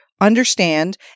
understand